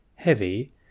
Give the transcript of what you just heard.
Heavy